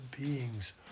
beings